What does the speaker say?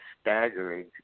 staggering